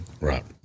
Right